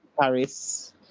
Paris